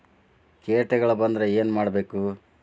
ಕೇಟಗಳ ಬಂದ್ರ ಏನ್ ಮಾಡ್ಬೇಕ್?